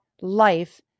life